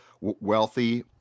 wealthy